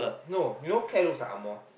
no you know Kat looks Ang Mo